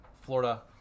Florida